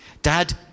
Dad